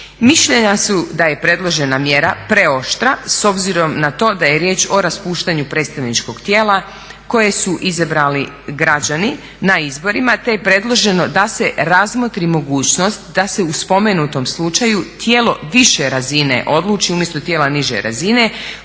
Mišljenja su da je predložena mjera preoštra s obzirom na to da je riječ o raspuštanju predstavničkog tijela koje su izabrali građani na izborima. Te je predloženo da se razmotri mogućnost da se u spomenutom slučaju tijelo više razine odluči umjesto tijela niže razine